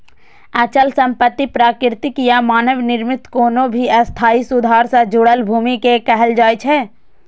अचल संपत्ति प्राकृतिक या मानव निर्मित कोनो भी स्थायी सुधार सं जुड़ल भूमि कें कहल जाइ छै